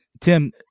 Tim